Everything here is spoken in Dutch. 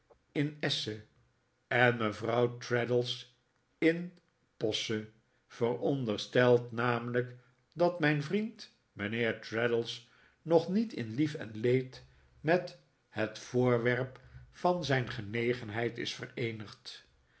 in esse en mevrouw traddles in posse veronderstellend namelijk dat mijn vriend mijnheer traddles nog niet in lief en leed met het voorwerp van zijn genegenheid is vereenigd